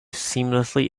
seamlessly